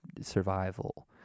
survival